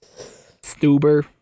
Stuber